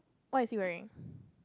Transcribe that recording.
what is he wearing